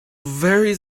very